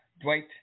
Dwight